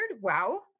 Wow